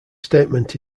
statement